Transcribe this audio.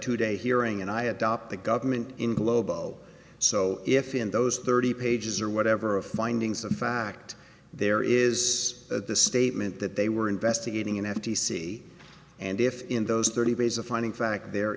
today hearing and i adopt the government in globo so if in those thirty pages or whatever of findings of fact there is at the statement that they were investigating an f t c and if in those thirty days of finding fact there